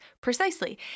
precisely